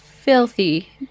Filthy